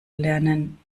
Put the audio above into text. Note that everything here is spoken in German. lernen